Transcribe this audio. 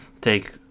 take